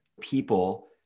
People